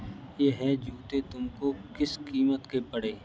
यह जूते तुमको किस कीमत के पड़े?